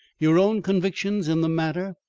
your own convictions in the matter,